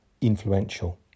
influential